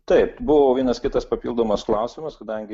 taip buvo vienas kitas papildomas klausimas kadangi